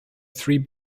three